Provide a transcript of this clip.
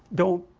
don't